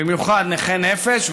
במיוחד נכי נפש,